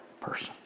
person